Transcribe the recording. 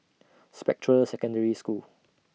Spectra Secondary School